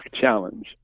challenge